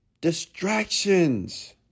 distractions